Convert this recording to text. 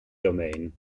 domain